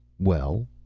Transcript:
well?